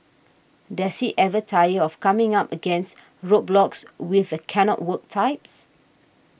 does she ever tire of coming up against roadblocks with the cannot work types